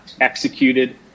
executed